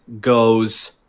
goes